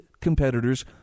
competitors